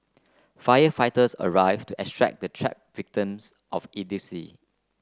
firefighters arrived to extract the trapped victims of idiocy